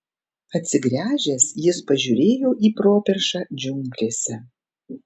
atsigręžęs jis pažiūrėjo į properšą džiunglėse